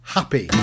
happy